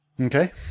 Okay